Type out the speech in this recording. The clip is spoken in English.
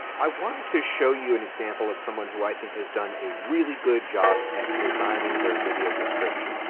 i wanted to show you an example of someone who i think has done a really good job at designing their video description.